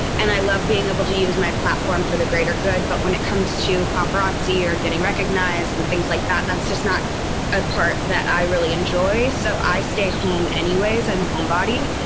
and i love being able to use my platform for the greater good. but when it comes to paparazzi or getting recognized and things like that, that's just not a part that i really enjoy. so i stay home anyways, i'm a homebody.